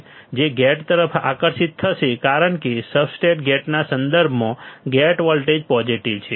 તે ગેટ તરફ આકર્ષિત થશે કારણ કે સબસ્ટ્રેટ ગેટના સંદર્ભમાં ગેટ વોલ્ટેજ પોઝીટીવ છે